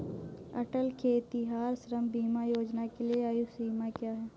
अटल खेतिहर श्रम बीमा योजना के लिए आयु सीमा क्या है?